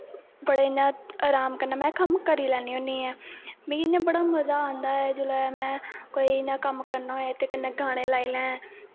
बड़े इ'यां र्हाम कन्नै में कम्म करी लैन्नी होन्नी इ'यां मिगी इ'यां बड़ा मजा आंदा ऐ जिसलै कोई इ'यां कम्म करना होऐ ते कन्नै गाने लाई लैं